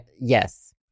Yes